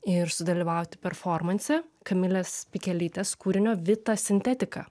ir sudalyvauti performanse kamilės pikelytės kūrinio vita sintetika